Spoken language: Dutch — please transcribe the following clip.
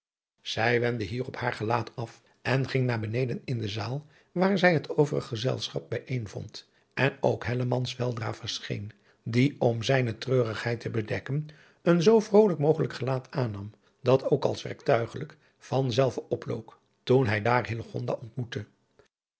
zij wendde hierop haar gelaat af en ging naar beneden in de zaal waar zij het overig gezelschap bijéén vond en ook hellemans weldra verscheen die om zijne treurigheid te bedekken een zoo vrolijk mogelijk gelaat aannam dat ook als werktuigelijk van zelve oplook toen hij daar hillegonda ontmoette